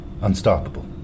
unstoppable